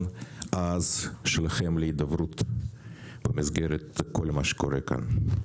העז שלכם להידברות במסגרת כול מה שקורה כאן.